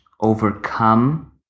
overcome